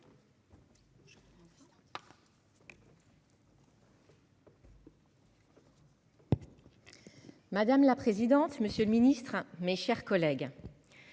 Madame la présidente. Monsieur le Ministre, mes chers collègues.